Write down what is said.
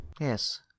Yes